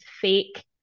fake